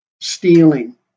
stealing